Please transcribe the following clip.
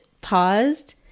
paused